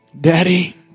Daddy